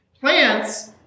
Plants